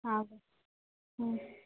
ആ ഓക്കെ